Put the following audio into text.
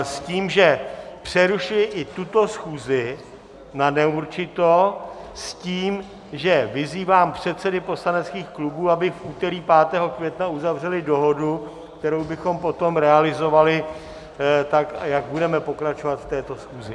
Tím přerušuji i tuto schůzi naneurčito s tím, že vyzývám předsedy poslaneckých klubů, aby v úterý 5. května uzavřeli dohodu, kterou bychom potom realizovali tak, jak budeme pokračovat v této schůzi.